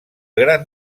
gran